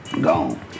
Gone